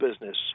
business